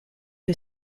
que